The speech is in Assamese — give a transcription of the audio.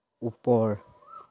ওপৰ